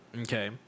Okay